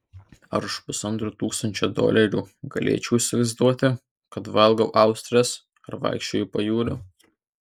ar už pusantro tūkstančio dolerių galėčiau įsivaizduoti kad valgau austres ar vaikščioju pajūriu